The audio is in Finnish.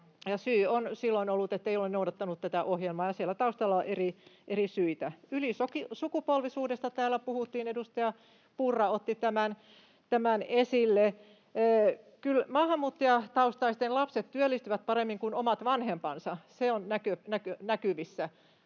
syy on silloin ollut, ettei ole noudattanut tätä ohjelmaa, ja siellä taustalla on eri syitä. Ylisukupolvisuudesta täällä puhuttiin. Edustaja Purra otti tämän esille. [Perussuomalaisten ryhmästä: Ohhoh!] Kyllä maahanmuuttajataustaisten lapset työllistyvät paremmin kuin omat vanhempansa. Se on näkyvissä,